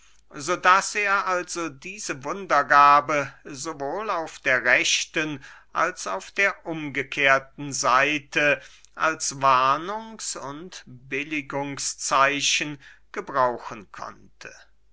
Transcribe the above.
daß er also diese wundergabe sowohl auf der rechten als auf der umgekehrten seite als warnungs und billigungszeichen gebrauchen konnte